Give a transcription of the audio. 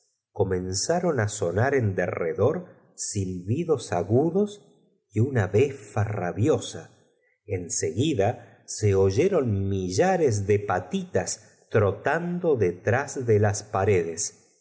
ron á sonar en derredor silbidos agudos y una befa rabiosa en seguida se oyeron millares de palitas trotando detrás de las paredes